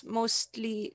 mostly